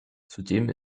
zudem